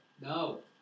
No